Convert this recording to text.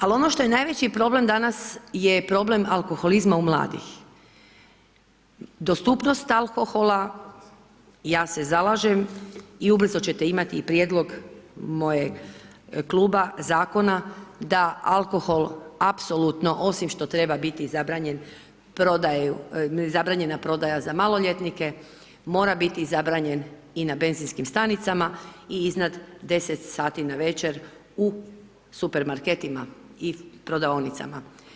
Ali ono što je najveći problem danas je problem alkoholizma u mladih, dostupnost alkohola i ja se zalažem i ubrzo ćete imati i prijedlog mojeg kluba, zakona da alkohol apsolutno osim što treba biti zabranjen prodaju, zabranjena prodaja za maloljetnike mora biti zabranjen i na benzinskim stanicama i iznad 10 sati navečer u supermarketima i prodavaonicama.